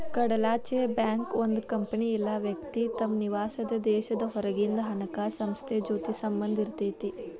ಕಡಲಾಚೆಯ ಬ್ಯಾಂಕ್ ಒಂದ್ ಕಂಪನಿ ಇಲ್ಲಾ ವ್ಯಕ್ತಿ ತಮ್ ನಿವಾಸಾದ್ ದೇಶದ್ ಹೊರಗಿಂದ್ ಹಣಕಾಸ್ ಸಂಸ್ಥೆ ಜೊತಿ ಸಂಬಂಧ್ ಇರತೈತಿ